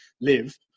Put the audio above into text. live